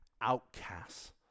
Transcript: outcasts